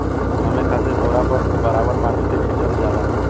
नमी खातिर बोरा पर बराबर पानी के छीटल जाला